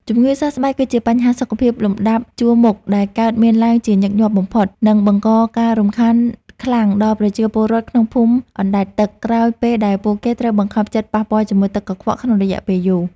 ជំងឺសើស្បែកគឺជាបញ្ហាសុខភាពលំដាប់ជួរមុខដែលកើតមានឡើងជាញឹកញាប់បំផុត និងបង្កការរំខានខ្លាំងដល់ប្រជាពលរដ្ឋក្នុងភូមិអណ្តែតទឹក ក្រោយពេលដែលពួកគេត្រូវបង្ខំចិត្តប៉ះពាល់ជាមួយទឹកកខ្វក់ក្នុងរយៈពេលយូរ។